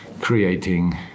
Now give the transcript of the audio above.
creating